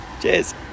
Cheers